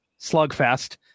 slugfest